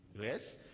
yes